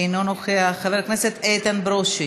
אינו נוכח, חבר הכנסת איתן ברושי,